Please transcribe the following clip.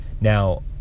now